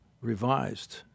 revised